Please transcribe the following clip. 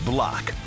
Block